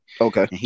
Okay